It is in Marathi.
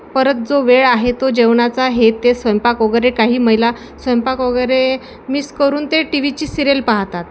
परत जो वेळ आहे तो जेवणाचा आहे ते स्वयंपाक वगैरे काही महिला स्वयंपाक वगैरे मिस करून ते टी व्हीची सिरियल पाहतात